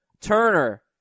Turner